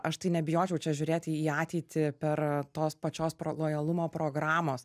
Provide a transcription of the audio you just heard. aš tai nebijočiau čia žiūrėti į ateitį per tos pačios pro lojalumo programos